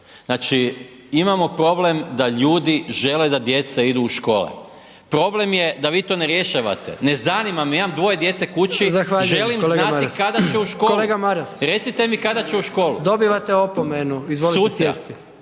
znači imamo problem da ljudi žele da jeca idu u škole. Problem je da vi to ne rješavate, ne zanima me imam dvoje djece kući, želim znati kada će u školu, …/Upadica: Zahvaljujem